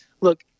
look